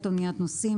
אניית נוסעים.